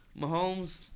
Mahomes